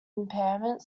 impairment